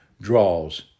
draws